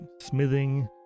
smithing